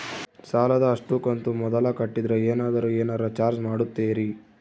ಸಾಲದ ಅಷ್ಟು ಕಂತು ಮೊದಲ ಕಟ್ಟಿದ್ರ ಏನಾದರೂ ಏನರ ಚಾರ್ಜ್ ಮಾಡುತ್ತೇರಿ?